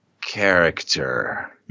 character